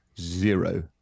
Zero